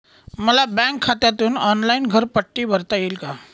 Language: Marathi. मला बँक खात्यातून ऑनलाइन घरपट्टी भरता येईल का?